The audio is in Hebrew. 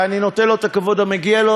ואני נותן לו את הכבוד המגיע לו,